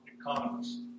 economists